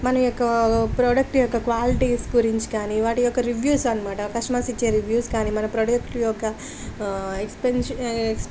మన యొక్క ప్రోడక్ట్ యొక్క క్వాలిటీస్ గురించి కానీ వాటి యొక్క రివ్యూస్ అనమాట కస్టమర్స్ ఇచ్చే రివ్యూస్ కానీ మన ప్రోడక్ట్ యొక్క ఎక్స్పెన్సి ఎ